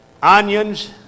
Onions